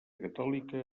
catòlica